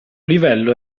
livello